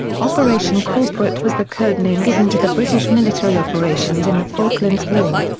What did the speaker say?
operation corporate was the codename given to the british military operations in the falklands war.